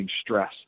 stress